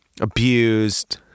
abused